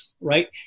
Right